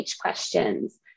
questions